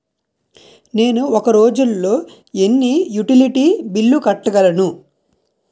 నేను ఒక రోజుల్లో ఎన్ని యుటిలిటీ బిల్లు కట్టగలను?